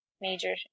major